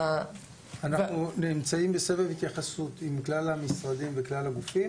אנחנו נמצאים בסבב התייחסות עם כלל המשרדים וכלל הגופים,